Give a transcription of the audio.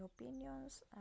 opinions